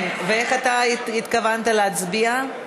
איך התכוונת להצביע?